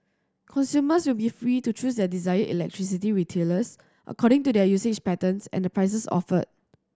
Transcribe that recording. consumers will be free to choose their desired electricity retailers according to their usage patterns and the prices offered